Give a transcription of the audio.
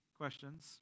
questions